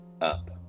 up